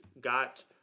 got